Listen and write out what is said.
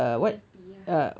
P_F_P ya